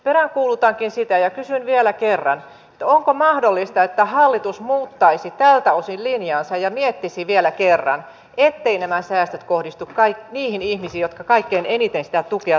peräänkuulutankin sitä ja kysyn vielä kerran että onko mahdollista että hallitus muuttaisi tältä osin linjaansa ja miettisi vielä kerran etteivät nämä säästöt kohdistu niihin ihmisiin jotka kaikkein eniten sitä tukea tarvitsevat